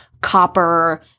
copper